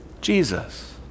Jesus